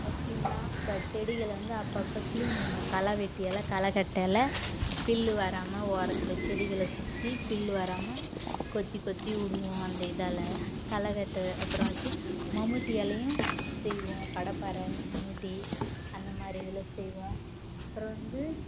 முக்கியமாக இப்போ செடிகள் வந்து அப்பப்போ கிளீன் பண்ணுவோம் களைவெட்டியால் களைகட்டல்ல புல்லு வராமல் ஓரத்தில் செடிகளை சுற்றி புல்லு வராமல் கொத்தி கொத்தி விடுவோம் அந்த இதால் களைவெட்டு அப்புறம் வச்சு மம்முட்டியாலேயும் செய்வோம் கடப்பாறை மம்முட்டி அந்தமாதிரி இதில் செய்வோம் அப்புறம் வந்து